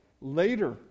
later